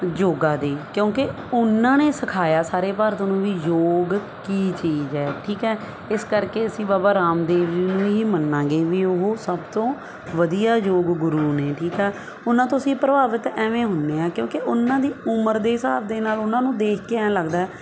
ਯੋਗਾ ਦੇ ਕਿਉਂਕਿ ਉਹਨਾਂ ਨੇ ਸਿਖਾਇਆ ਸਾਰੇ ਭਾਰਤ ਨੂੰ ਵੀ ਯੋਗ ਕੀ ਚੀਜ਼ ਹੈ ਠੀਕ ਹੈ ਇਸ ਕਰਕੇ ਅਸੀਂ ਬਾਬਾ ਰਾਮਦੇਵ ਜੀ ਨੂੰ ਹੀ ਮੰਨਾਂਗੇ ਵੀ ਉਹ ਸਭ ਤੋਂ ਵਧੀਆ ਯੋਗ ਗੁਰੂ ਨੇ ਠੀਕ ਆ ਉਹਨਾਂ ਤੋਂ ਅਸੀਂ ਪ੍ਰਭਾਵਿਤ ਐਵੇਂ ਹੁੰਦੇ ਹਾਂ ਕਿਉਂਕਿ ਉਹਨਾਂ ਦੀ ਉਮਰ ਦੇ ਹਿਸਾਬ ਦੇ ਨਾਲ ਉਹਨਾਂ ਨੂੰ ਦੇਖ ਕੇ ਐਂ ਲੱਗਦਾ